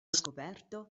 scoperto